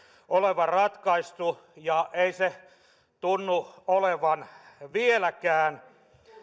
olevan ratkaistu ja ei se tunnu olevan vieläkään